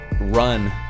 run